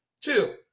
Two